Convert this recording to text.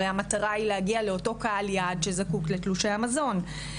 הרי המטרה היא להגיע לאותו קהל יעד שזקוק לתלושי המזון.